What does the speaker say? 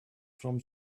from